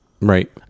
Right